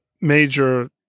major